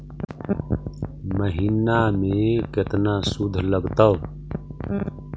महिना में केतना शुद्ध लगतै?